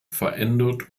verändert